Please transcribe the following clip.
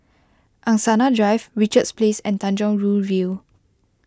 Angsana Drive Richards Place and Tanjong Rhu View